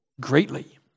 greatly